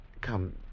Come